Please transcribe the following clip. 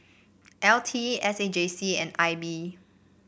L T S A J C and I B